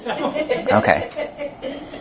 Okay